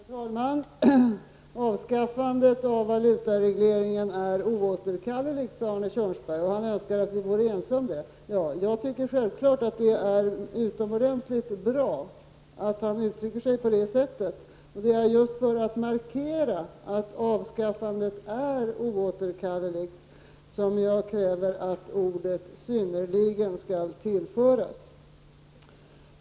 Herr talman! Avskaffandet av valutaregleringen är oåterkalleligt, sade Arne Kjörnsberg och önskade att vi vore ense om det. Jag tycker självfallet att det är utomordentligt bra att han uttrycker sig på det sättet. Det är just för att markera att avskaffandet är oåterkalleligt som jag kräver att ordet ”synnerligen” skall tillföras.